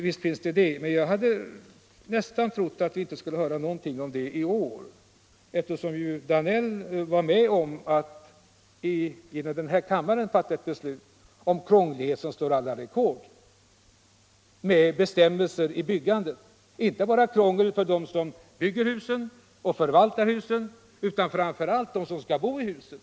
Visst finns det sådana, men jag hade nästan trott att vi inte skulle höra någonting om det i år, eftersom herr Danell var med om att i den här kammaren fatta ett beslut som slår alla rekord i krånglighet och som innebär krångel inte bara för dem som bygger och förvaltar husen utan framför allt för dem som skall bo i husen.